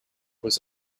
was